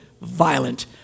violent